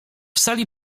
sali